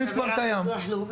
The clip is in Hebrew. הסניף כבר קיים.